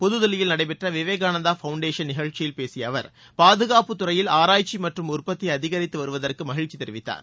புதுதில்லியில் நடைபெற்ற விவேகானந்தா ஃபவுண்டேஷன் நிகழ்ச்சியில் பேசிய அவர் பாதுகாப்புத்துறையில் ஆராய்ச்சி மற்றும் உற்பத்தி அதிகரித்து வருவதற்கு மகிழ்ச்சி தெரிவித்தார்